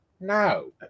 No